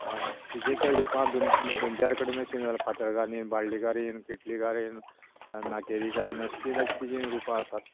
आन् तिचीच रुपां दोन दोन चार कडेन अशीं फातर्कारीण बाळ्ळिकारीण किटलीकारीण नाकेलीकारीण अशें ती अशें तिचीं रुपां आसात